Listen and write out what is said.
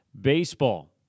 Baseball